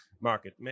market